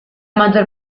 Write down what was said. maggior